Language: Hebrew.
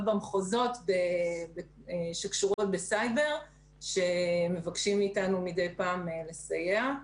במחוזות וקשורות בסייבר כשפונים אלינו בבקשות לסיוע.